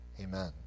Amen